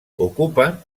ocupen